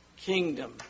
kingdom